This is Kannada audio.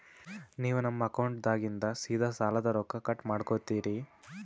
ನೀವು ನಮ್ಮ ಅಕೌಂಟದಾಗಿಂದ ಸೀದಾ ಸಾಲದ ರೊಕ್ಕ ಕಟ್ ಮಾಡ್ಕೋತೀರಿ?